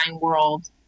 world